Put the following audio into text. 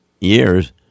years